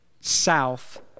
south